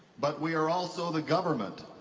but we are also the government.